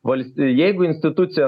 vals jeigu institucija